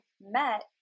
met